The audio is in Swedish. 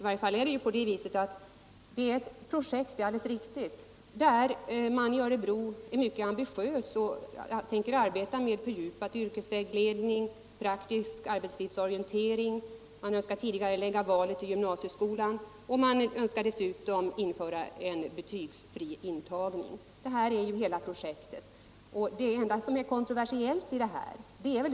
Det är ju på det viset att man i Örebroprojektet, mycket ambitiöst, tänker arbeta med fördjupad yrkesvägledning och praktisk arbetslivsorientering, man Önskar tidigarelägga valet till gymnasieskolan och man önskar dessutom Nr 79 införa en betygsfri intagning. Det är hela projektet. och det enda som är Tisdagen den kontroversiellt är just den betygsfria intagningen.